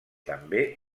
també